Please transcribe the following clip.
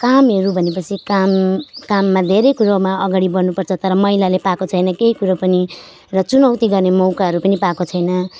कामहरू भनेपछि काम काममा धेरै कुरोमा अगाडि बढ्नुपर्छ तर महिलाले पाएको छैन केही कुरो पनि चुनौती गर्ने मौकाहरू पनि पाएको छैन